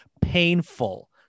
painful